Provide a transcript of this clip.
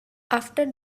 after